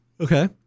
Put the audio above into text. okay